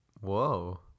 Whoa